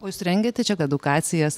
jūs rengiate čia edukacijas